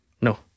No